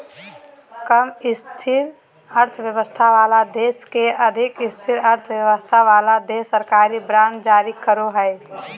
कम स्थिर अर्थव्यवस्था वाला देश के अधिक स्थिर अर्थव्यवस्था वाला देश सरकारी बांड जारी करो हय